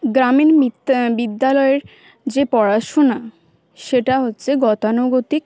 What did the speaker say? গ্রামীণ বিদ্যালয়ের যে পড়াশুনা সেটা হচ্ছে গতানুগতিক